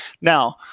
Now